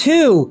Two